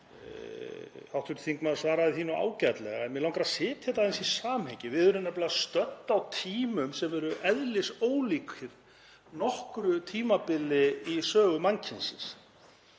Hv. þingmaður svaraði því ágætlega en mig langar að setja þetta aðeins í samhengi. Við erum nefnilega stödd á tímum sem eru eðlisólíkir nokkru tímabili í sögu mannkynsins.